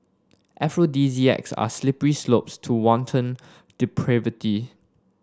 aphrodisiacs are slippery slopes to wanton depravity